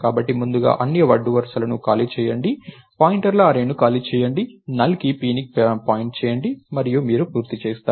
కాబట్టి ముందుగా అన్ని అడ్డు వరుసలను ఖాళీ చేయండి పాయింటర్ల అర్రేని ఖాళీ చేయండి NULLకి p ని పాయింట్ చేయండి మరియు మీరు పూర్తి చేసారు